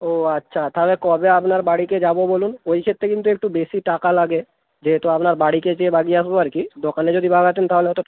ও আচ্ছা তাহলে কবে আপনার বাড়িতে যাবো বলুন ওই ক্ষেত্রে কিন্তু একটু বেশি টাকা লাগে যেহেতু আপনার বাড়িকে যেয়ে বাগিয়ে আসবো আর কি দোকানে যদি বাগাতেন তাহলে হয়তো